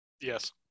Yes